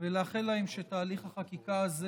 ולאחל להן שתהליך החקיקה הזה,